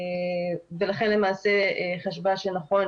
ולכן למעשה חשבה שנכון